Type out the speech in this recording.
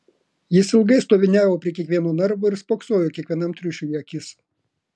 jis ilgai stoviniavo prie kiekvieno narvo ir spoksojo kiekvienam triušiui į akis